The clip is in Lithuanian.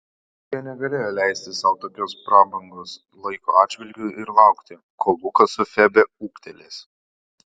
jie negalėjo leisti sau tokios prabangos laiko atžvilgiu ir laukti kol lukas su febe ūgtelės